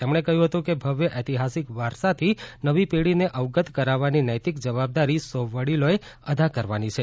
તેમણે કહ્યું હતું કે ભવ્ય ઐતિહાસિક વારસાથી નવી પેઢીને અવગત કરાવવાની નૈતિક જવાબદારી સૌ વડીલો એ અદા કરવાની છે